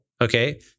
okay